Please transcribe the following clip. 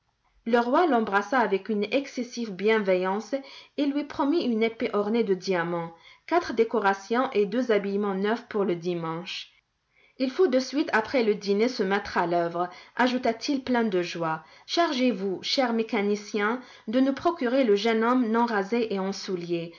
le roi l'embrassa avec une excessive bienveillance et lui promit une épée ornée de diamants quatre décorations et deux habillements neufs pour le dimanche il faut de suite après le dîner se mettre à l'œuvre ajouta-t-il plein de joie chargez-vous cher mécanicien de nous procurer le jeune homme non rasé et en souliers